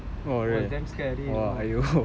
she took test for stomach cancer also